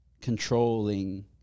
controlling